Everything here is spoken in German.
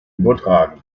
übertragen